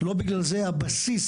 לא בגלל זה הבסיס,